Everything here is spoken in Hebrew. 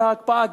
של ההקפאה,